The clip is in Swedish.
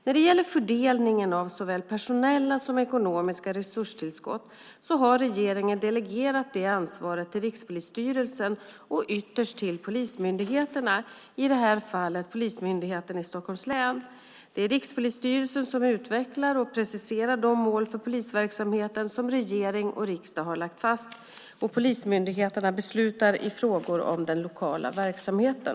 När det gäller fördelningen av såväl personella som ekonomiska resurstillskott har regeringen delegerat det ansvaret till Rikspolisstyrelsen och ytterst till polismyndigheterna, i det här fallet till Polismyndigheten i Stockholms län. Det är Rikspolisstyrelsen som utvecklar och preciserar de mål för polisverksamheten som regering och riksdag har lagt fast. Polismyndigheterna beslutar i frågor om den lokala verksamheten.